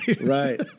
Right